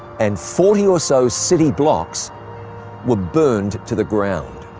and forty or so city blocks were burned to the ground.